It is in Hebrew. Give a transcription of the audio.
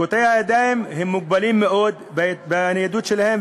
קטועי הידיים מוגבלים מאוד בניידות שלהם,